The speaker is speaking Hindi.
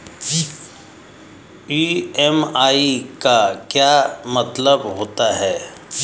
ई.एम.आई का क्या मतलब होता है?